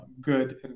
good